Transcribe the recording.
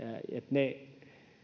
ne